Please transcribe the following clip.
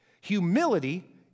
Humility